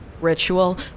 ritual